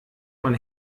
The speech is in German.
man